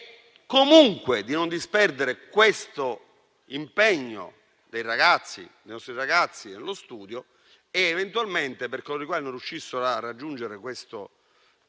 comunque, di non disperdere questo impegno dei nostri ragazzi nello studio ed eventualmente, per coloro i quali non riuscissero ad accedere alle